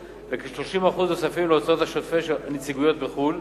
וכ-30% נוספים להוצאות השוטפות של הנציגויות בחו"ל